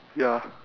ya